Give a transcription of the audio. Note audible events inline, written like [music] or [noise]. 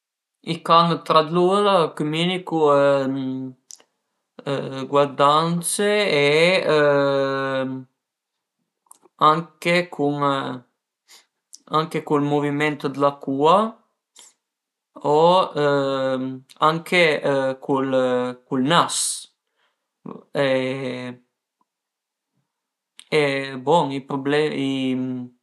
I can tra lur a cumünicu guardandse e [hesitation] e anche cun anche cun ël muviment d'la cua o anche cul nas e bon [hesitation]